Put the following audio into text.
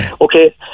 Okay